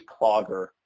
clogger